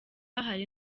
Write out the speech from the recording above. hari